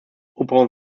upon